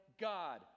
God